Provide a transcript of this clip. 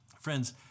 Friends